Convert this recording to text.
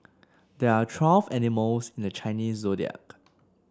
there are twelve animals in the Chinese Zodiac